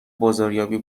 بازاریابی